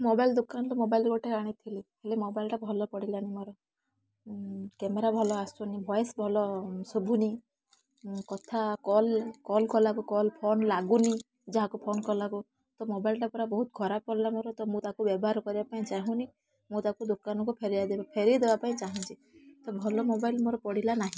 mobile ଦୋକାନରୁ mobile ଗୋଟେ ଆଣିଥିଲି ହେଲେ ମୋବାଇଲ୍ଟା ଭଲ ପଡ଼ିଲାନି ମୋର କ୍ୟାମେରା ଭଲ ଆସୁନି ଭଏସ୍ ଭଲ ଶୁଭୁନି କଥା କଲ୍ କଲ୍ କଲାକୁ କଲ୍ ଫୋନ୍ ଲାଗୁନି ଯାହାକୁ ଫୋନ୍ କଲାକୁ ତ ମୋବାଇଲ୍ଟା ପୁରା ବହୁତ ଖରାପ ପଡ଼ିଲା ମୋର ତ ମୁଁ ତାକୁ ବ୍ୟବହାର କରିବା ପାଇଁ ଚାହୁଁନି ମୁଁ ତାକୁ ଦୋକାନକୁ ଫେରାଇ ଫେରାଇ ଦେବା ପାଇଁ ଚାହୁଁଛି ତ ଭଲ ମୋବାଇଲ୍ ମୋର ପଡ଼ିଲା ନାହିଁ